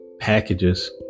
packages